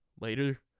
later